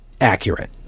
accurate